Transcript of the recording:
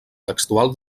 textual